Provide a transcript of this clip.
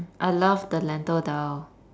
I love the lentil dhal